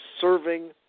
serving